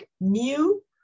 new